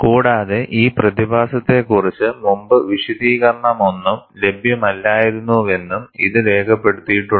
കൂടാതെ ഈ പ്രതിഭാസത്തെക്കുറിച്ച് മുമ്പ് വിശദീകരണമൊന്നും ലഭ്യമല്ലായിരുന്നുവെന്നും ഇത് രേഖപ്പെടുത്തിയിട്ടുണ്ട്